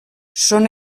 són